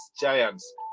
giants